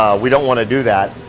we don't wanna do that.